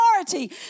authority